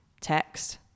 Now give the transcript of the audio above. text